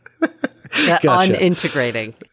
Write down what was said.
Unintegrating